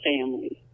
families